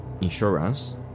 insurance